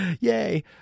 Yay